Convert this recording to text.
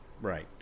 Right